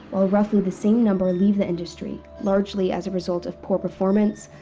while roughly the same number leave the industry, largely as a result of poor performance,